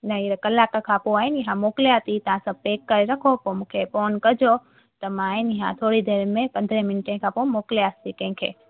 न हींअर कलाक खां पोइ आहे नी हा मोकिलियांव थी तव्हां सभु पेक करे रखो पोइ मूंखे फ़ोन कजो त मां आहिनि नी हा थोरी देरि में पंद्रहें मिंटे खां पोइ मोकिलियांसि थी कंहिंखे